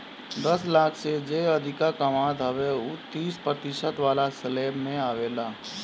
दस लाख से जे अधिका कमात हवे उ तीस प्रतिशत वाला स्लेब में आवेला